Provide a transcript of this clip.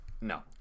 No